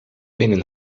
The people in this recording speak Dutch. binnen